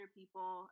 people